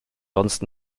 sonst